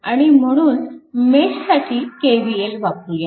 आणि म्हणून मेश साठी KVL वापरूया